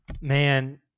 man